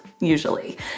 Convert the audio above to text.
usually